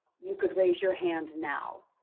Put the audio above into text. you could raise your hand now,